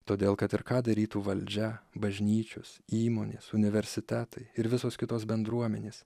todėl kad ir ką darytų valdžia bažnyčios įmonės universitetai ir visos kitos bendruomenės